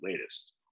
latest